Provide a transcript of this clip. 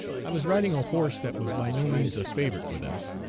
i was riding a horse that was by no means a favorite with us.